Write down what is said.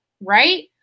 right